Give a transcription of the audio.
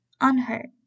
unhurt